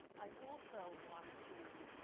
i also wanted to